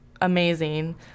amazing